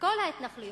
כל ההתנחלויות,